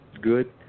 good